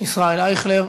ישראל אייכלר,